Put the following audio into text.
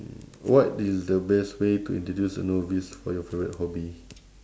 what is the best way to introduce a novice for your favourite hobby